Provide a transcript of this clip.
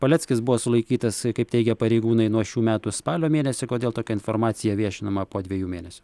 paleckis buvo sulaikytas kaip teigia pareigūnai nuo šių metų spalio mėnesio kodėl tokia informacija viešinama po dviejų mėnesių